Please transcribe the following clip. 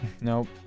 Nope